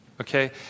okay